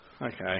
Okay